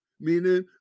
meaning